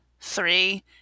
three